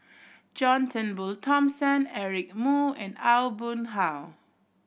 John Turnbull Thomson Eric Moo and Aw Boon Haw